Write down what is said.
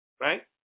right